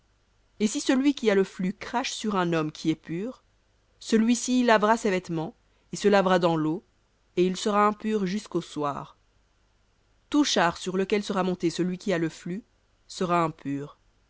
et si celui qui a le flux crache sur un qui est pur celui-ci lavera ses vêtements et se lavera dans l'eau et il sera impur jusqu'au soir tout char sur lequel sera monté celui qui a le flux sera impur